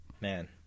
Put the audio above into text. man